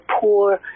poor